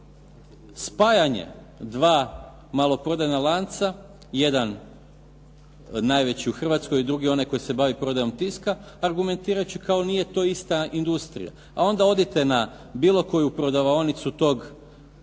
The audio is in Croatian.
spajanje dva maloprodajna lanca jedan najveći u Hrvatskoj, drugi onaj koji se bavi prodajom tiska, argumentirat ću kao nije to ista industrija. Ali onda odite na bilo koju prodavaonicu toga